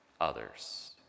others